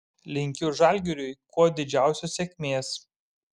linkiu žalgiriui kuo didžiausios sėkmės